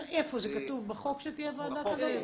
זה כתוב בחוק שתהיה ועדה כזאת?